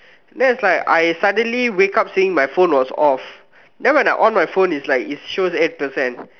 then it's like I suddenly wake up seeing my phone was off then when I on my phone it's like it shows eight percent